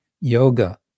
yoga